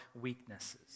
weaknesses